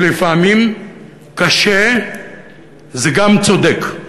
"ולפעמים קשה זה גם צודק".